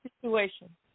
situation